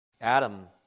Adam